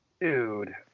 dude